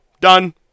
done